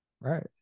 Right